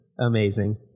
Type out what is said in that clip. Amazing